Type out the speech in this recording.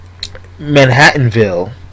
Manhattanville